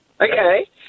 Okay